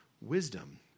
wisdom